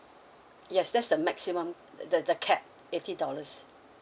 yes that's the maximum that the the cap eighty dollars